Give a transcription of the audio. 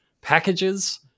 packages